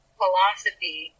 philosophy